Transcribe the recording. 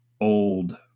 old